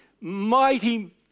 mighty